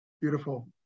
Beautiful